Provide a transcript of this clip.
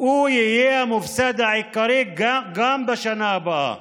הוא יהיה המופסד העיקרי גם בשנה הבאה.